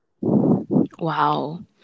Wow